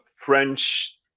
French